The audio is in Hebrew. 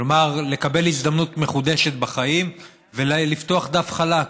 כלומר לקבל הזדמנות מחודשת בחיים ולפתוח דף חלק.